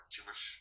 Jewish